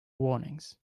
warnings